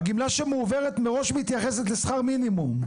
הגמלה שמועברת מראש מתייחסת לשכר מינימום.